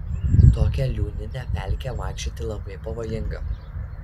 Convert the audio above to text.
tokia liūnine pelke vaikščioti labai pavojinga